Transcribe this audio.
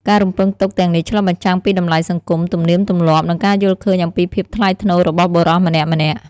ការរំពឹងទុកទាំងនេះឆ្លុះបញ្ចាំងពីតម្លៃសង្គម ទំនៀមទម្លាប់ និងការយល់ឃើញអំពីភាពថ្លៃថ្នូររបស់បុរសម្នាក់ៗ។